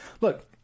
look